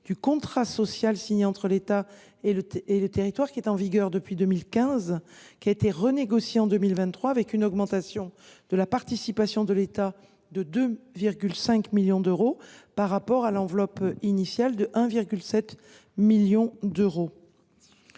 du contrat social signé entre l’État et l’assemblée territoriale. En vigueur depuis 2015, il a été renégocié en 2023 dans le sens d’une augmentation de la participation de l’État de 2,5 millions d’euros par rapport à l’enveloppe initiale de 1,7 million d’euros.